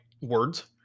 words